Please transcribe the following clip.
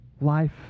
Life